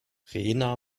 rena